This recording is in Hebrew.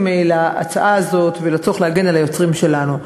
להצעה הזאת ולצורך להגן על היוצרים שלנו,